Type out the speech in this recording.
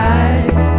eyes